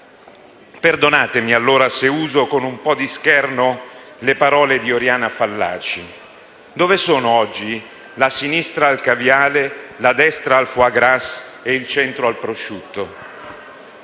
Perdonatemi allora se uso con un po' di scherno le parole di Oriana Fallaci e mi chiedo dove sono oggi la sinistra al caviale, la destra al *foie gras* e il centro al prosciutto.